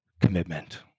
commitment